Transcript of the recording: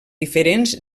diferents